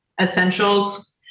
essentials